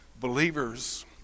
Believers